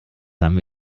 haben